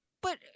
But-